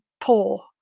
poor